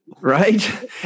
Right